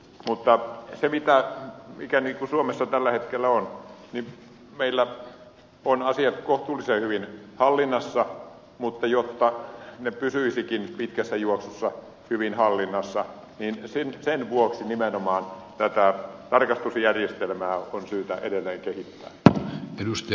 mutta mikä tilanne suomessa tällä hetkellä on niin meillä on asiat kohtuullisen hyvin hallinnassa mutta jotta ne pysyisivätkin pitkässä juoksussa hyvin hallinnassa niin sen vuoksi nimenomaan tätä tarkastusjärjestelmää on syytä edelleen kehittää